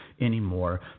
anymore